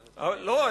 לא.